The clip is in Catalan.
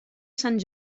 sant